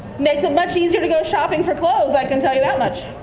makes it much easier to go shopping for clothes, i can tell you that much.